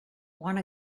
want